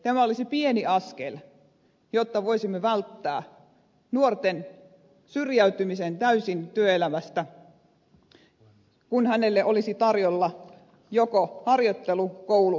tämä olisi pieni askel jotta voisimme välttää nuorten syrjäytymisen täysin työelämästä kun heille olisi tarjolla joko harjoittelu koulu tai työpaikka